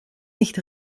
nicht